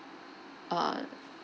uh